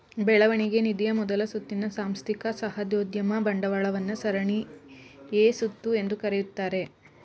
ಬೆಳವಣಿಗೆ ನಿಧಿಯ ಮೊದಲ ಸುತ್ತಿನ ಸಾಂಸ್ಥಿಕ ಸಾಹಸೋದ್ಯಮ ಬಂಡವಾಳವನ್ನ ಸರಣಿ ಎ ಸುತ್ತು ಎಂದು ಕರೆಯುತ್ತಾರೆ